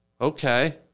Okay